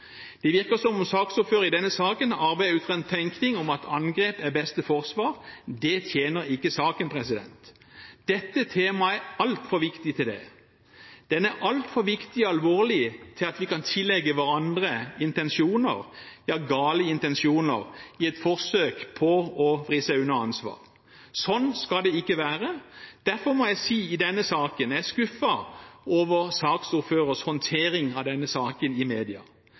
Det virker som om saksordføreren i denne saken arbeider ut fra en tenkning om at angrep er beste forsvar. Det tjener ikke saken. Dette temaet er altfor viktig til det. Den er altfor viktig og alvorlig til at vi kan tillegge hverandre intensjoner, ja, gale intensjoner, i et forsøk på å vri seg unna ansvar. Sånn skal det ikke være. Derfor må jeg si at i denne saken er jeg skuffet over saksordførerens håndtering av denne saken i media.